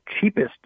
cheapest